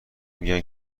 میگن